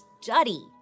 study